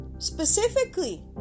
specifically